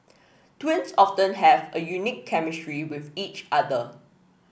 twins often have a unique chemistry with each other